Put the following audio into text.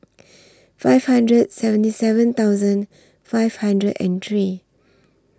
five hundred seventy seven thousand five hundred and three